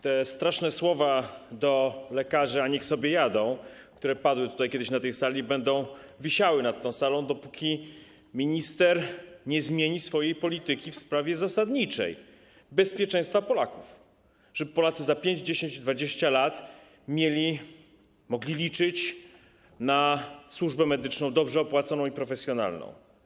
Te straszne słowa do lekarzy: a niech sobie jadą, które padły kiedyś na tej sali, będą wisiały nad tą salą, dopóki minister nie zmieni swojej polityki w sprawie zasadniczej, w sprawie bezpieczeństwa Polaków, tak żeby Polacy za 5, 10, 20 lat mogli liczyć na służbę medyczną dobrze opłaconą i profesjonalną.